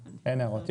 הערות.